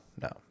no